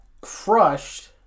crushed